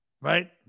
right